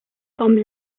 comme